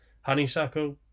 Honeysuckle